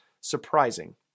surprising